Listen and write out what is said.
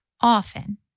often